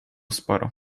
sporo